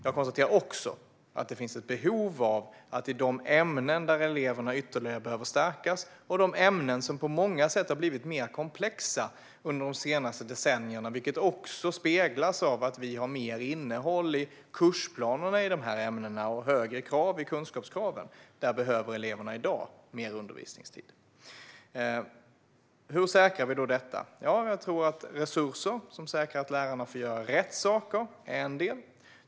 Jag konstaterar också att det finns ett behov av mer undervisningstid i de ämnen där eleverna ytterligare behöver stärkas och i de ämnen som på många sätt har blivit mer komplexa under de senaste decennierna, vilket också speglas i att vi i dessa ämnen har mer innehåll i kursplanerna och högre kunskapskrav. Hur säkerställer vi då detta? Jag tror att resurser som säkerställer att lärarna får göra rätt saker är en del.